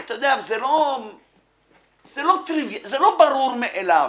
אתה יודע, זה לא ברור מאליו.